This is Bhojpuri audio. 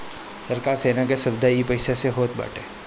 सरकार सेना के सुविधा इ पईसा से होत बाटे